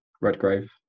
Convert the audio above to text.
Redgrave